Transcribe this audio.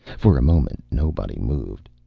for a moment nobody moved.